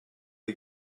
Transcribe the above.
les